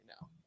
now